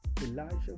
Elijah